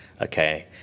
okay